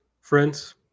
Friends